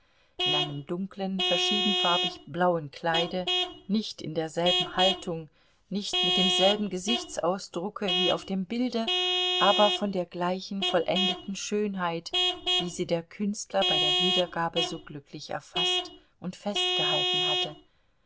in einem dunklen verschiedenfarbig blauen kleide nicht in derselben haltung nicht mit demselben gesichtsausdrucke wie auf dem bilde aber von der gleichen vollendeten schönheit wie sie der künstler bei der wiedergabe so glücklich erfaßt und festgehalten hatte